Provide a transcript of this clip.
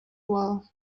well